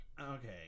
Okay